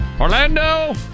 Orlando